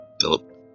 Philip